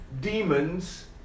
demons